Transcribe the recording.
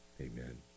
amen